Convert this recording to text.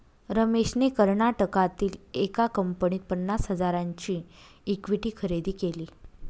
रमेशने कर्नाटकातील एका कंपनीत पन्नास हजारांची इक्विटी खरेदी केली